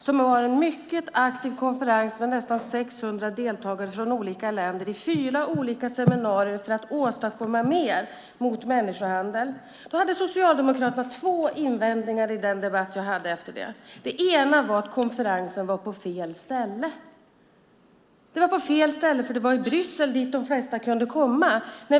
Det var en mycket aktiv konferens med nästan 600 deltagare från olika länder i fyra seminarier för att åstadkomma mer mot människohandel. Socialdemokraterna hade två invändningar i den debatt jag hade. Den ena var att konferensen var på fel ställe. Den var på fel ställe när den var förlagd till Bryssel dit de flesta kunde komma.